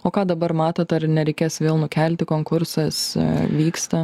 o ką dabar matot ar nereikės vėl nukelti konkursas vyksta